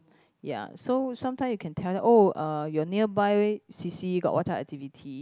ya so sometime you can tell them oh your nearby C_C got what type of activity